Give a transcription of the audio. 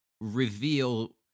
reveal